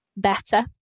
better